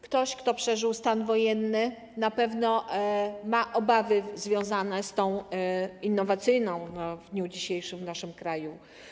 Ktoś, kto przeżył stan wojenny, na pewno ma obawy związane z tą innowacyjną w dniu dzisiejszym w naszym kraju.